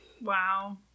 Wow